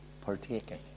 partaking